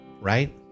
right